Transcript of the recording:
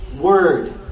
word